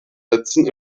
plätzen